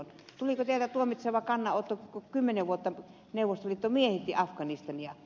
tuliko teiltä tuomitseva kannanotto kun kymmenen vuotta neuvostoliitto miehitti afganistania